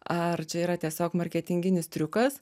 ar čia yra tiesiog marketinginis triukas